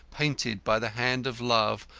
painted by the hand of love,